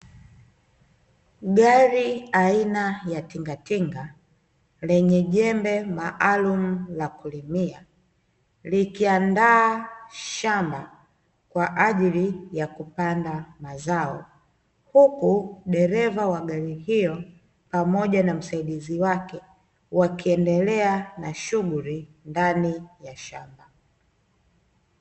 Gari aina ya tingatinga lenye jembe maalumu la kulimia likiandaa shamba kwa ajili ya kupanda mazao, huku dereva wa gari hiyo pamoja na msaidizi wake wakiendelea na shughuli ndani ya shamba.